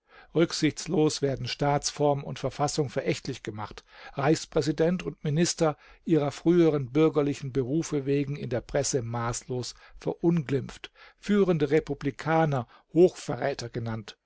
rücksichtslos werden staatsform und verfassung verächtlich gemacht reichspräsident und minister ihrer früheren bürgerlichen berufe wegen in der presse maßlos verunglimpft führende republikaner hochverräter genannt